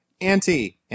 anti